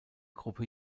gruppe